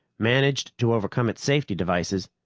managed to overcome its safety devices,